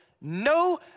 no